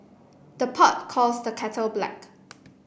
the pot calls the kettle black